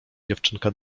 dziewczynka